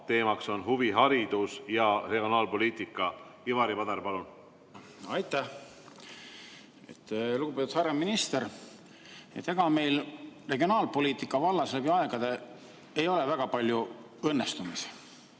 Teema on huviharidus ja regionaalpoliitika. Ivari Padar, palun! Aitäh! Lugupeetud härra minister! Ega meil regionaalpoliitika vallas ei ole läbi aegade olnud väga palju õnnestumisi.